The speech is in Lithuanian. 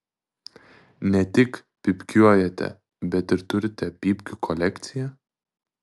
ne tik pypkiuojate bet ir turite pypkių kolekciją